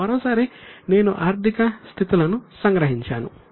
ఇప్పుడు మరోసారి నేను ఆర్థిక స్థితులను సంగ్రహించాను